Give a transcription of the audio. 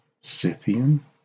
Scythian